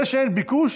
זה שאין ביקוש,